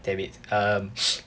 damn it um